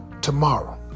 tomorrow